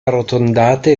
arrotondate